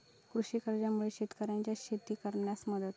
कृषी कर्जामुळा शेतकऱ्यांका शेती करण्यास मदत